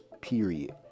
Period